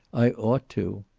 i ought to.